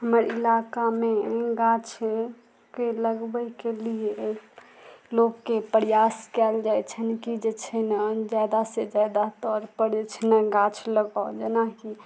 हमर इलाकामे गाछके लगबयके लिये लोकके प्रयास कयल जाइ छनि की जे छै ने जादा सँ जादा तौर पड़ छै ने गाछ लगाउ जेनाकि